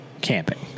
Camping